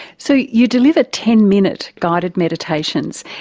so you you deliver ten minute guided meditations.